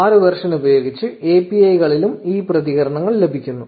6 version ഉപയോഗിച്ച് API കളിലും ഈ പ്രതികരണങ്ങൾ ലഭിക്കുന്നു